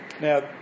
Now